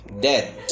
dead